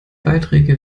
beiträge